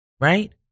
Right